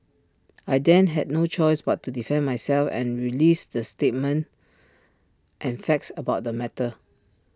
I then had no choice but to defend myself and release the statements and facts about the matter